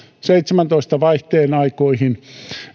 seitsemääntoista vaihteen aikoihin